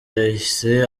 yahize